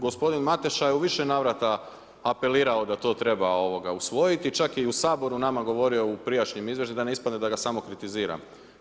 Gospodin Mateša je u više navrata apelirao da to treba usvojiti, čak je i u Saboru nama govorio u prijašnjim izvještajima, da ne ispada da ga samo kritiziram.